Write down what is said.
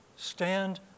Stand